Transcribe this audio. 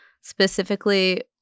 specifically